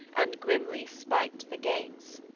and grimly spiked the gates.